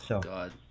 God